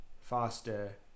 faster